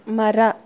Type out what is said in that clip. ಮರ